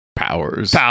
Powers